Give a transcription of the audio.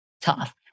Tough